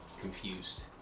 confused